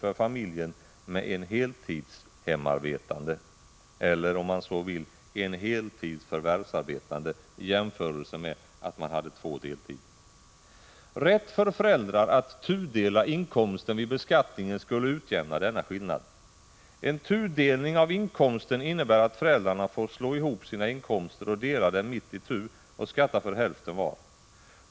för familjen med en heltidshemarbetande — eller om man så vill en heltidsförvärvsarbetande. Rätt för föräldrar att tudela inkomsten vid beskattningen skulle utjämna denna skillnad. En tudelning av inkomsten innebär att föräldrarna får slå ihop sina inkomster och dela dem mitt itu och skatta för hälften var.